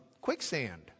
quicksand